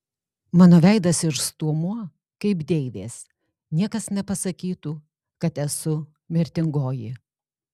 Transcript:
mano veidas ir stuomuo kaip deivės niekas nepasakytų kad esu mirtingoji